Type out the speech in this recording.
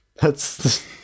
That's-